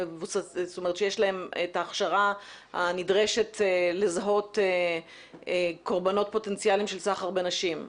שיש להם את ההכשרה הנדרשת לזהות קורבנות פוטנציאליים של סחר בנשים.